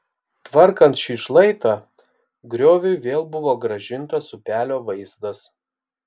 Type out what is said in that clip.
tvarkant šį šlaitą grioviui vėl buvo grąžintas upelio vaizdas